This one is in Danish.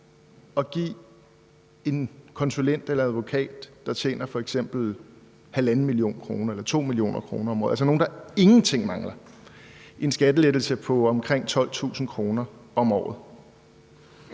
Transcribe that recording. at give en konsulent eller advokat, der tjener f.eks. 1,5 eller 2 mio. kr. om året – altså nogle, der ingenting mangler – en skattelettelse på omkring 12.000 kr. om året.